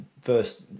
first